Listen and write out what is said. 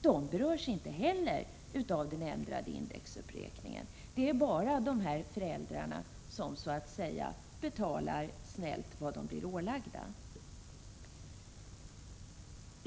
De berörs alltså inte heller av den ändrade indexuppräkningen — bara dessa föräldrar som betalar snällt vad de blir ålagda.